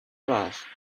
trash